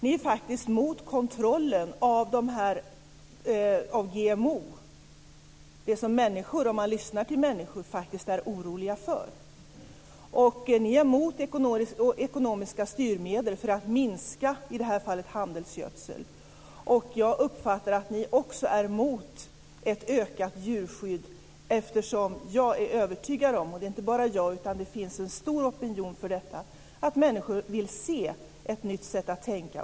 Ni är faktiskt emot kontrollen av GMO. Och om man lyssnar till människor så är de faktiskt oroliga för detta. Och ni är emot ekonomiska styrmedel för att minska, i detta fall, handelsgödsel. Jag uppfattar att ni också är emot ett ökat djurskydd, eftersom jag är övertygad om, och inte bara jag utan en stor opinion, att människor vill ha ett nytt sätt att tänka.